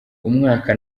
umwaka